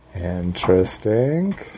Interesting